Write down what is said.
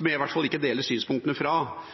hvert fall ikke deler synspunktene